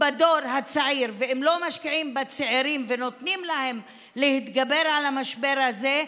בדור הצעיר ואם לא משקיעים בצעירים ונותנים להם להתגבר על המשבר הזה,